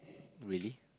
really